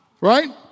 right